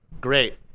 great